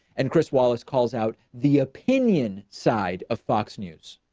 and chris wallace calls out the opinion side of fox news.